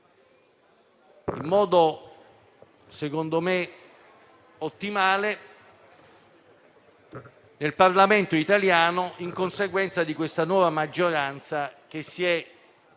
in modo ottimale nel Parlamento italiano in conseguenza di questa nuova maggioranza, che si è